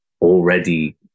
already